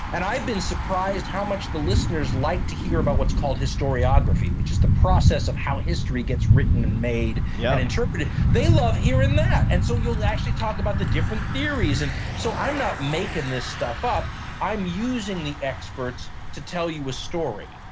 and i've been surprised how much the listeners like to hear about what's called historiography, which is the process of how history gets written and made and yeah interpreted. they love hearing that! and so you'll actually talk about the different theories. so i'm not making this stuff up i'm using the experts to tell you a story.